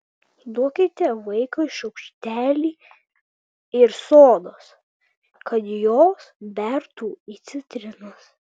duokite vaikui šaukštelį ir sodos kad jos bertų į citrinas